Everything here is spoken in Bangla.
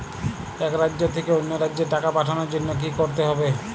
এক রাজ্য থেকে অন্য রাজ্যে টাকা পাঠানোর জন্য কী করতে হবে?